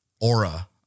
aura